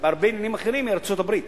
בהרבה עניינים אחרים היא ארצות-הברית.